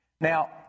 Now